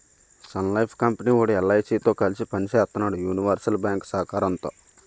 Sun Life company వోడు LIC తో కలిసి పని సేత్తన్నాడు యూనివర్సల్ బ్యేంకు సహకారంతో